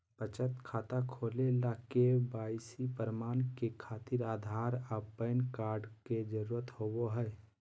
बचत खाता खोले ला के.वाइ.सी प्रमाण के खातिर आधार आ पैन कार्ड के जरुरत होबो हइ